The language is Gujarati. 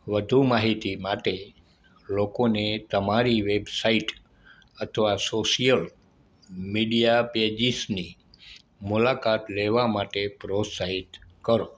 વધુ માહિતી માટે લોકોને તમારી વેબસાઇટ અથવા સોશિયલ મીડિયા પેજિસની મુલાકાત લેવા માટે પ્રોત્સાહિત કરો